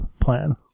plan